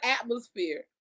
atmosphere